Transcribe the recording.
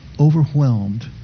overwhelmed